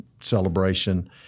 celebration